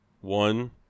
one